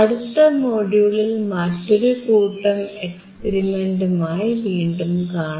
അടുത്ത മൊഡ്യൂളിൽ മറ്റൊരു കൂട്ടം എക്സ്പെരിമെന്റുമായി വീണ്ടും കാണാം